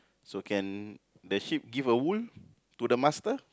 so can the sheep give a wool to the master